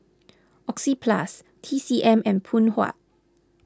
Oxyplus T C M and Phoon Huat